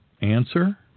answer